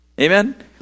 Amen